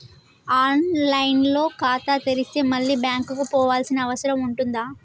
On line లో ఖాతా తెరిస్తే మళ్ళీ బ్యాంకుకు పోవాల్సిన అవసరం ఉంటుందా?